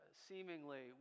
seemingly